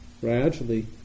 gradually